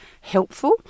helpful